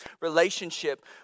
relationship